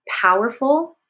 powerful